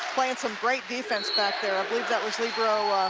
playing so great defense back there. i believe that was like